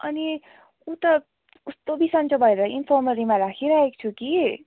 अनि उ त कस्तो बिसन्चो भएर इन्फर्मरीमा राखिराखेको छु कि